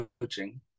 coaching